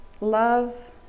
love